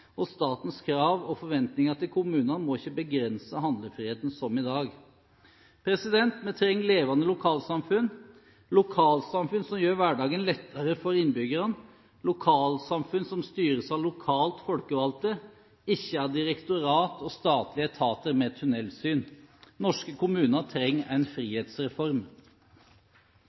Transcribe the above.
og statens krav og forventninger til kommunene må ikke begrense handlefriheten som i dag. Vi trenger levende lokalsamfunn, lokalsamfunn som gjør hverdagen lettere for innbyggerne, lokalsamfunn som styres av lokalt folkevalgte – ikke av direktorater og statlige etater med tunnelsyn. Norske kommuner trenger en frihetsreform!